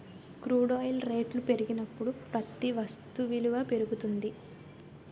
crude oil రేట్లు పెరిగినప్పుడు ప్రతి వస్తు విలువ పెరుగుతుంది